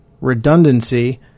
redundancy